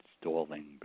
stalling